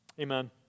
Amen